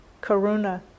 karuna